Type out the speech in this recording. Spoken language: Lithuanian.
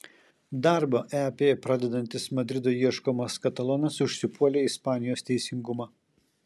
darbą ep pradedantis madrido ieškomas katalonas užsipuolė ispanijos teisingumą